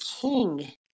King